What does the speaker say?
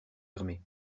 fermés